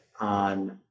on